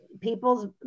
people's